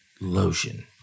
Lotion